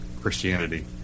Christianity